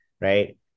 right